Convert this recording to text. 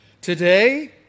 Today